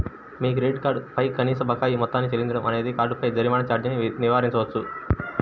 మీ credit card పై కనీస బకాయి మొత్తాన్ని చెల్లించడం అనేది కార్డుపై జరిమానా ఛార్జీని నివారించవచ్చు